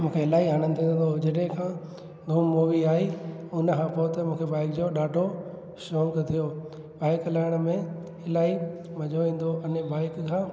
मूंखे इलाही हणंदो हुओ जॾहिं खां धूम मूवी आई हुन खां पोइ त मूंखे बाइक जो ॾाढो शौक़ु थियो बाइक हलाइण में इलाही मज़ो ईंदो हुओ अने बाइक खां